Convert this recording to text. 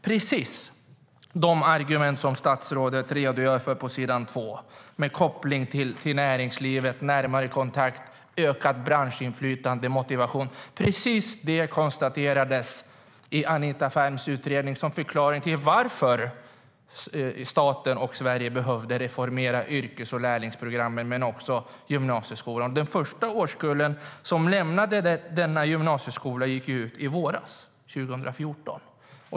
Precis de argument som statsrådet redogör för i svaret, koppling till näringslivet, närmare kontakt, ökat branschinflytande och motivation, konstaterades i Anita Ferms utredning som förklaring till varför staten och Sverige behövde reformera yrkes och lärlingsprogrammen men också gymnasieskolan. Den första årskullen som lämnade denna gymnasieskola gick ut i våras, 2014.